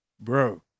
bro